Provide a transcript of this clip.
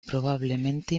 probablemente